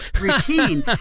routine